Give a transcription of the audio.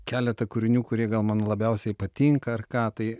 keletą kūrinių kurie gal man labiausiai patinka ar ką tai